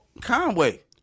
Conway